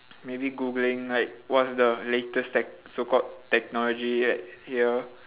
maybe googling like what's the latest tech~ so called technology yet here